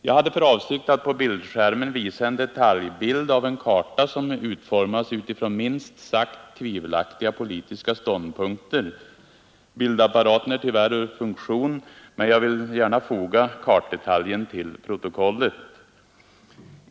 Jag hade för avsikt att på bildskärmen visa en detaljbild av en karta som utformats utifrån minst sagt tvivelaktiga politiska ståndpunkter, men bildapparaten är tyvärr ur funktion.